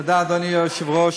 תודה, אדוני היושב-ראש.